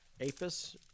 Apis